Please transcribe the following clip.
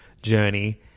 Journey